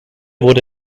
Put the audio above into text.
wurde